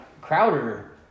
Crowder